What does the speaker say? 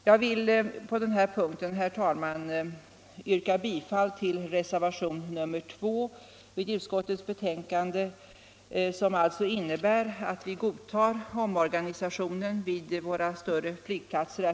Jag vill på den här punkten, herr talman, yrka bifall till reservationen 2 vid utskottets betänkande som innebär att vi godtar omorganisationen vid våra större flygplatser.